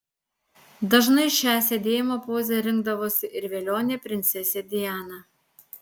dažnai šią sėdėjimo pozą rinkdavosi ir velionė princesė diana